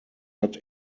hat